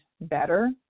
better